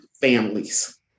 families